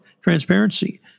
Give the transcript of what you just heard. transparency